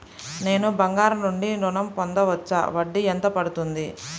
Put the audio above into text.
నేను బంగారం నుండి ఋణం పొందవచ్చా? వడ్డీ ఎంత పడుతుంది?